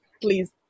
Please